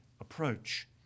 approach